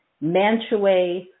Mantua